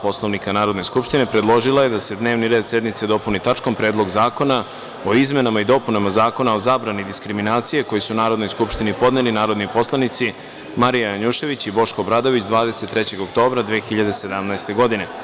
Poslovnika Narodne skupštine, predložila je da se dnevni red sednice dopuni tačkom – Predlog zakona o izmenama i dopunama Zakona o zabrani diskriminacije, koji su Narodnoj skupštini podneli narodni poslanici Marija Janjušević i Boško Obradović, 23. oktobra 2017. godine.